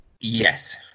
Yes